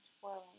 twirling